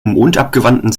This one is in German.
mondabgewandten